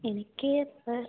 എനിക്ക് ഇപ്പോൾ